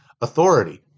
authority